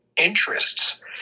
interests